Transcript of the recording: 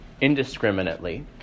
indiscriminately